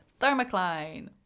thermocline